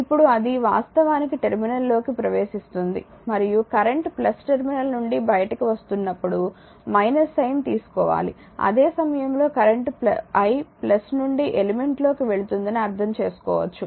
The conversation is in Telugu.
ఇప్పుడు అది వాస్తవానికి టెర్మినల్లోకి ప్రవేశిస్తోంది మరియు కరెంట్ టెర్మినల్ నుండి బయటకి వస్తున్నప్పుడు సైన్ తీసుకోవాలి అదే సమయంలో కరెంట్ i నుండి ఎలిమెంట్ లోకి వెళుతుందని అర్థం చేసుకోవచ్చు